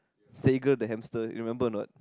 Sega the hamster you remember a not